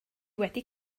wedi